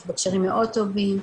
אנחנו בקשרים מאוד טובים,